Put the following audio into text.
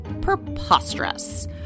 preposterous